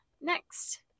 next